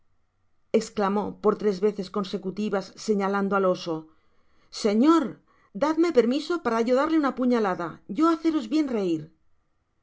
esclamó por tres veces consecutivas señalando el oso se or dadme permiso de yo darle una puñada yo haceros bien reir